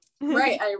right